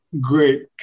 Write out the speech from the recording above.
great